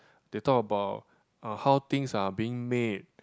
they talk about uh how things are being made